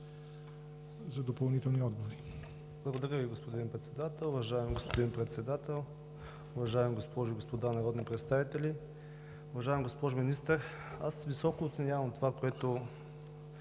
МАЦУРЕВ (ГЕРБ): Благодаря Ви, господин Председател. Уважаеми господин Председател, уважаеми госпожи и господа народни представители! Уважаема госпожо Министър, високо оценявам това, което